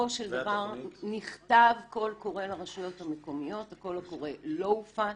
בסופו של דבר נכתב קול קורא לרשויות המקומיות והקול הקורא לא הופץ.